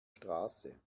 straße